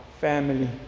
family